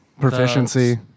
Proficiency